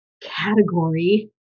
category